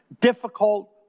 difficult